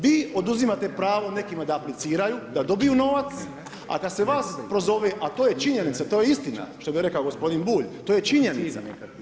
Vi oduzimate pravo nekima da apliciraju, da dobiju novac, a kad se vas prozove, a to je činjenica, to je istina što bi rekao gospodin Bulj to je činjenica.